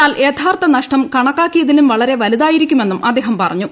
എന്നാൽ യഥാർത്ഥനഷ്ട്ടര് കണക്കാക്കിയതിലും വളരെ വലുതായിരിക്കുമെന്നും അദ്ദേഹം പറഞ്ഞു